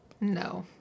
No